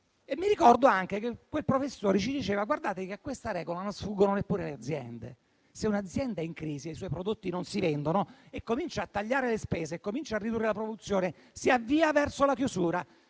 Ricordo anche che quel professore ci diceva che a questa regola non sfuggono neppure le aziende: se un'azienda è in crisi e i suoi prodotti non si vendono, comincia a tagliare le spese e a ridurre la produzione, si avvia verso la chiusura;